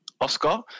Oscar